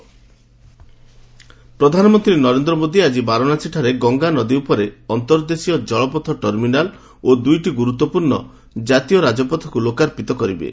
PM Varanasi project ପ୍ରଧାନମନ୍ତ୍ରୀ ନରେନ୍ଦ୍ର ମୋଦି ଆଜି ବାରାଣସୀଠାରେ ଗଙ୍ଗା ନଦୀ ଉପରେ ଅନ୍ତର୍ଦେଶୀୟ କଳପଥ ଟର୍ମିନାଲ୍ ଓ ଦୁଇଟି ଗୁରୁତ୍ୱପୂର୍ଣ୍ଣ ଜାତୀୟ ରାଜପଥକୁ ଲୋକାର୍ପିତ କରିବେ